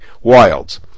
wilds